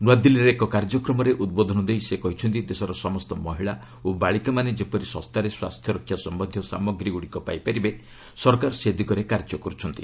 ନୂଆଦିଲ୍ଲୀରେ ଏକ କାର୍ଯ୍ୟକ୍ରମରେ ଉଦ୍ବୋଧନ ଦେଇ ସେ କହିଛନ୍ତି ଦେଶର ସମସ୍ତ ମହିଳା ଓ ବାଳିକାମାନେ ଯେପରି ଶସ୍ତାରେ ସ୍ୱାସ୍ଥ୍ୟ ରକ୍ଷା ସମ୍ଭନ୍ଧୀୟ ସାମଗ୍ରୀଗ୍ରଡ଼ିକ ପାଇପାରିବେ ସରକାର ସେ ଦିଗରେ କାର୍ଯ୍ୟ କର୍ରଛନ୍ତି